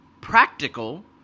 practical